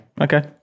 Okay